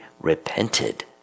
repented